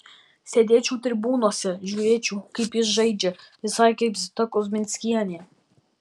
sėdėčiau tribūnose žiūrėčiau kaip jis žaidžia visai kaip zita kuzminskienė